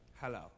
Hello